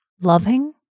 loving